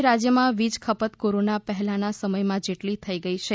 આજે રાજ્યમાં વીજ ખપત કોરોના પહેલા ના સમય જેટલી થઈ ગઈ છે